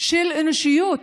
של אנושיות.